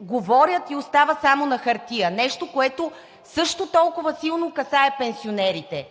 говорят и остава само на хартия, нещо, което също толкова силно касае пенсионерите.